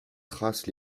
traces